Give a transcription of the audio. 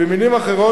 במלים אחרות,